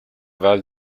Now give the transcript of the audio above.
val